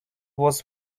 was